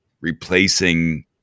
replacing